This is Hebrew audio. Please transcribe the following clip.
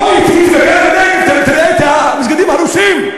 בוא אתי ותסתכל בנגב, תראה מסגדים הרוסים.